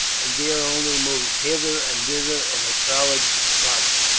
and dare only move hither and thither in a solid body.